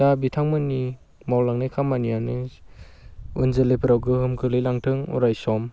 दा बिथांमोननि मावलांनाय खामानियानो उन जोलैफोराव गोहोम खोख्लैलांथों अरायसम